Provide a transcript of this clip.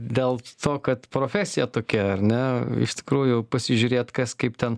dėl to kad profesija tokia ar ne iš tikrųjų pasižiūrėt kas kaip ten